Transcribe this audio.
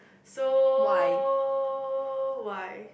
so why